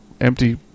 empty